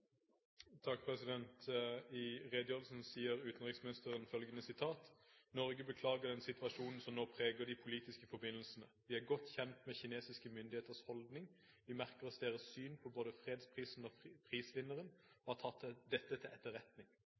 I redegjørelsen sier utenriksministeren følgende: «Norge beklager den situasjonen som nå preger de politiske forbindelsene. Vi er godt kjent med kinesiske myndigheters holdning, vi merker oss deres syn på både fredsprisen og prisvinneren og har tatt dette til etterretning.